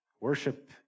Worship